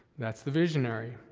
that's the visionary.